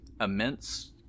immense